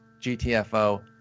GTFO